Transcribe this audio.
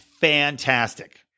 fantastic